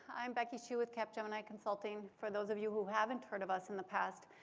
i'm becky hsu with cap gemini consulting. for those of you who haven't heard of us in the past,